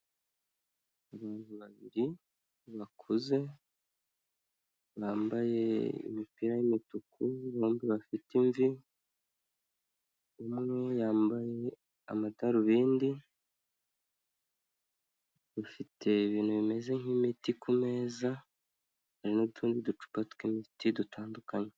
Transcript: Abantu babiri bakuze bambaye imipira y'imituku bombi bafite imvi, umwe yambaye amadarubindi ufite ibintu bimeze nk'imiti kumeza hari n'utundi ducupa tw'imiti dutandukanye.